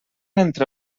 entre